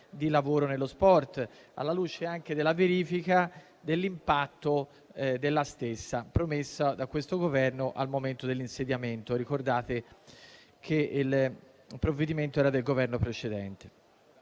di lavoro nello sport (alla luce anche della verifica dell'impatto della stessa), promesso da questo Governo al momento dell'insediamento. Ricordate che il provvedimento era del Governo precedente.